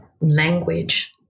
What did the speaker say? language